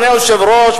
אדוני היושב-ראש,